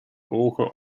ogen